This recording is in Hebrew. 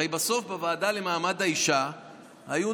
הרי בסוף בוועדה למעמד האישה היו,